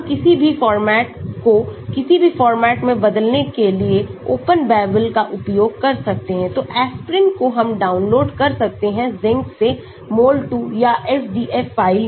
हम किसी भी फॉर्मेट को किसी भी फॉर्मेट में बदलने के लिए ओपन बैबल का उपयोग कर सकते हैं तो एस्पिरिन को हम डाउनलोड कर सकते हैं Zinc से mol2 या SDF फाइलमें